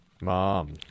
Mom